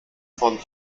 von